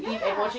ya